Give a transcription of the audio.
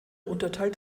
unterteilt